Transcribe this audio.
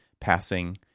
passing